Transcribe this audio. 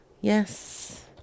Yes